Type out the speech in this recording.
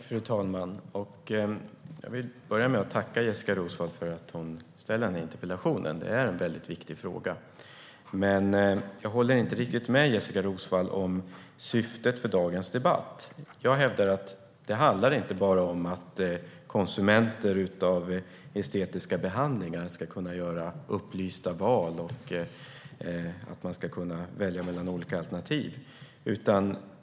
Fru talman! Jag vill börja med att tacka Jessika Roswall för att hon ställt interpellationen. Det är en väldigt viktig fråga. Men jag håller inte riktigt med Jessika Roswall om syftet med dagens debatt. Jag hävdar att det inte bara handlar om att konsumenter av estetiska behandlingar ska kunna göra upplysta val och kunna välja mellan olika alternativ.